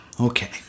Okay